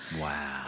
Wow